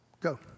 go